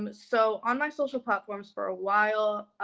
um so on my social platforms for a while,